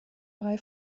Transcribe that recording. drei